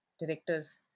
directors